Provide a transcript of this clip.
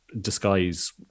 disguise